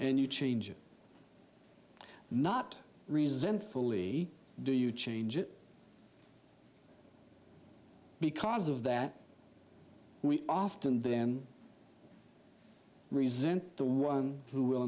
and you change it not resentfully do you change it because of that we often then resent the one who will